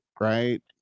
right